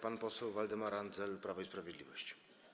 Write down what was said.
Pan poseł Waldemar Andzel, Prawo i Sprawiedliwość.